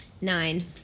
Nine